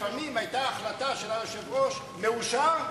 לפעמים היתה החלטה של היושב-ראש: מאושר,